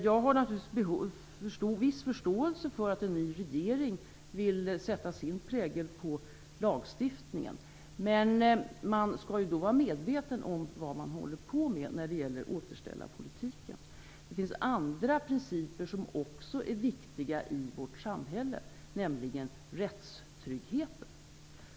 Jag har naturligtvis viss förståelse för att en ny regering vill sätta sin prägel på lagstiftningen. Men man skall vara medveten om vad man håller på med i återställarpolitiken. Det finns andra principer som också är viktiga i vårt samhälle, bl.a. rättstryggheten.